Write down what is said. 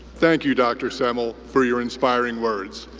thank you, dr. semmel, for your inspiring words.